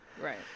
right